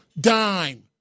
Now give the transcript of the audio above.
dime